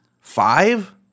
Five